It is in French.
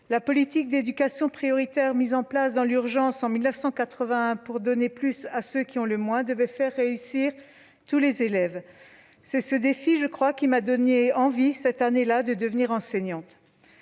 la politique d'éducation prioritaire, mise en place dans l'urgence en 1981 pour « donner plus à ceux qui ont le moins », devait faire réussir tous les élèves. C'est sans doute ce défi qui m'a donné envie, cette année-là, de devenir enseignante.